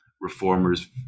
reformers